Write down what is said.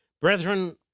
Brethren